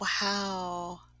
Wow